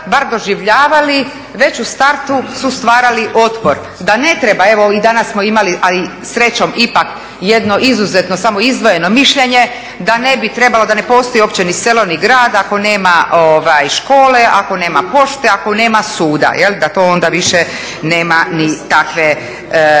bar doživljavali, već u startu su stvarali otpor da ne treba, evo i danas smo imali, ali srećom ipak jedno izuzetno, samo izdvojeno mišljenje da ne bi trebalo, da ne postoji uopće ni selo ni grad, ako nema škole, ako nema pošte, ako nema suda. Da to onda više nema ni takve